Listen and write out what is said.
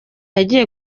yagiye